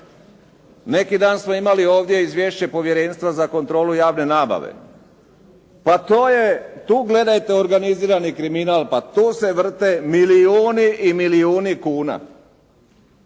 Neki dan smo imali ovdje izvješće Povjerenstva za kontrolu javne nabave, pa to je, tu gledajte organizirani kriminal, pa tu se vrte milijuni i milijuni kuna.